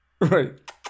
Right